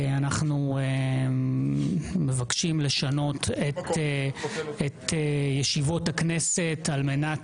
אנחנו מבקשים לשנות את ישיבות הכנסת על מנת